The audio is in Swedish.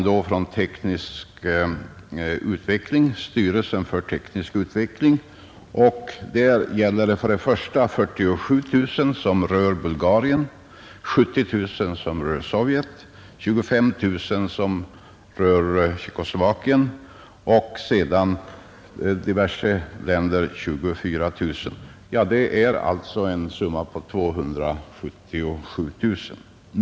Så kommer anslagen från styrelsen för teknisk utveckling — 47 000 som rör Bulgarien, 70 000 som rör Sovjet, 25 000 som rör Tjeckoslovakien, och för diverse länder 24 000. Det är alltså en summa på 277 000 kronor.